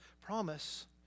promise